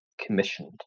commissioned